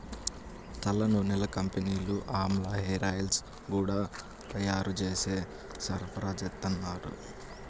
తలనూనెల కంపెనీలు ఆమ్లా హేరాయిల్స్ గూడా తయ్యారు జేసి సరఫరాచేత్తన్నారు